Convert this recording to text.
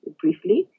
briefly